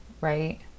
right